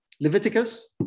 Leviticus